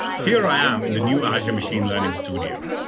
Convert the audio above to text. here i am in the new azure machine learning studio.